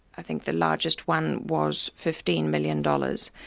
i think the largest one was fifteen million dollars,